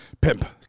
pimp